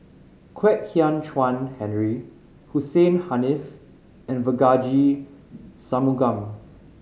Kwek Hian Chuan Henry Hussein Haniff and Devagi Sanmugam